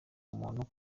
umuntu